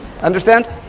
Understand